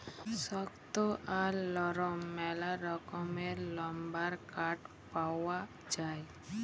শক্ত আর লরম ম্যালা রকমের লাম্বার কাঠ পাউয়া যায়